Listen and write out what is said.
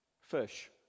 fish